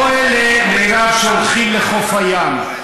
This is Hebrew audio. לא אלה, מירב, שהולכים לחוף הים.